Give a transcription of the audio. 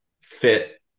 fit